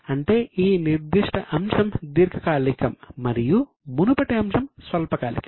అంటే ఈ నిర్దిష్ట అంశం దీర్ఘకాలికం మరియు మునుపటి అంశం స్వల్పకాలికం